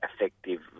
effective